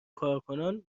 کارکنان